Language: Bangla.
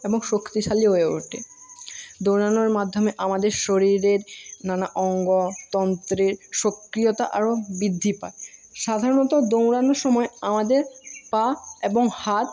এবং শক্তিশালী হয়ে ওঠে দৌড়ানোর মাধ্যমে আমাদের শরীরের নানা অঙ্গ তন্ত্রের সক্রিয়তা আরও বৃদ্ধি পায় সাধারণত দৌড়ানোর সময় আমাদের পা এবং হাত